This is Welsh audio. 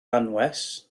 anwes